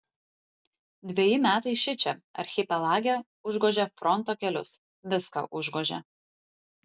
dveji metai šičia archipelage užgožė fronto kelius viską užgožė